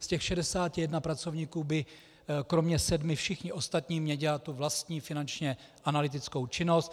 Z těch 61 pracovníků by kromě sedmi všichni ostatní měli dělat tu vlastní finančně analytickou činnost.